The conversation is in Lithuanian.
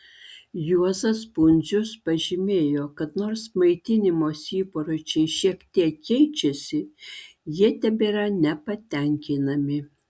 juozas pundzius pažymėjo kad nors maitinimosi įpročiai šiek tek keičiasi jie tebėra nepatenkinami